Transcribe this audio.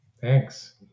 Thanks